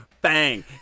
bang